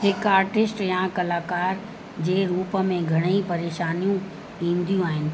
जेका आर्टिस्ट या कलाकार जे रूप में घणेई परेशानियूं थींदियूं आहिनि